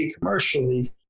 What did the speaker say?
commercially